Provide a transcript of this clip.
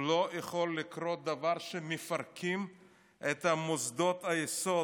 לא יכול לקרות דבר שמפרקים את מוסדות היסוד,